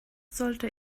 sollte